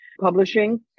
publishing